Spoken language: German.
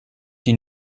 die